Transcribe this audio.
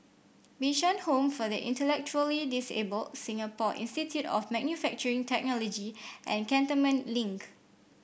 Bishan Home for the Intellectually Disabled Singapore Institute of Manufacturing Technology and Cantonment Link